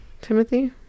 Timothy